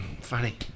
Funny